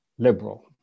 liberal